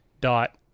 dot